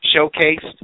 showcased